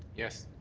yes.